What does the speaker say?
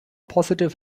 positive